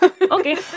Okay